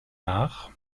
nach